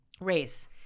Race